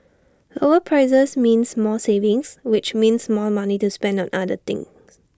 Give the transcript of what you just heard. lower prices means more savings which means more money to spend on other things